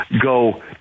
go